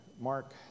Mark